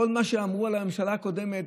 כל מה שאמרו על הממשלה הקודמת,